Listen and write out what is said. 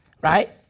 Right